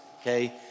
Okay